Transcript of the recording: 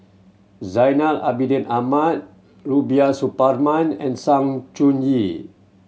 Zainal Abidin Ahmad Rubiah Suparman and Sng Choon Yee